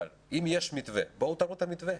אם יש מתווה, בואו תראו את המתווה.